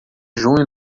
junho